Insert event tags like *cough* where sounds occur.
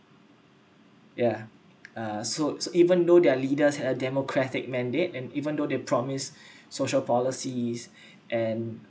yeah uh so even though their leaders had a democratic mandate and even though they promise *breath* social policies and